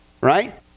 right